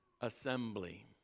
assembly